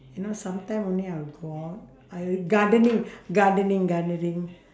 you know sometime only I'll go out I'll gardening gardening gardening